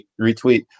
retweet